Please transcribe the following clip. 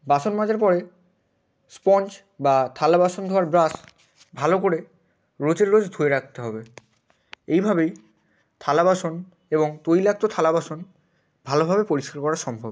বাসন মাজার পরে স্পঞ্জ বা থালা বাসন ধোয়ার ব্রাশ ভালো করে রোজের রোজ ধুয়ে রাখতে হবে এইভাবেই থালা বাসন এবং তৈলাক্ত থালা বাসন ভালোভাবে পরিষ্কার করা সম্ভব